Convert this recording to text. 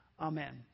Amen